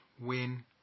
win